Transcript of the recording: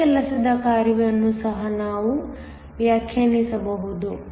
ನನ್ನ ಕೆಲಸದ ಕಾರ್ಯವನ್ನು ಸಹ ನಾವು ವ್ಯಾಖ್ಯಾನಿಸಬಹುದು